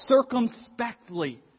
circumspectly